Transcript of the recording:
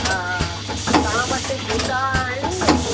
हा तां वटि जूता आहिनि